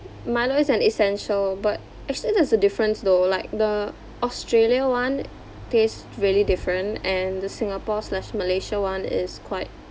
Milo is an essential but actually there's a difference though like the Australia one tastes really different and the Singapore slash Malaysia one is quite